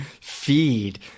feed